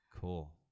Cool